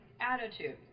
attitude